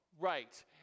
Right